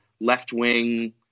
left-wing